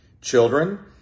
Children